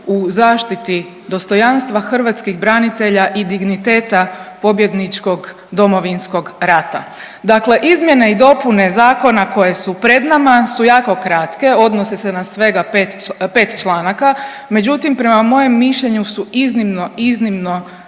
u zaštiti dostojanstva hrvatskih branitelja i digniteta pobjedničkog Domovinskog rata. Dakle, izmjene i dopune zakona koje su pred nama su jako kratke, odnose se na svega 5 članaka, međutim prema mojem mišljenju su iznimno, iznimno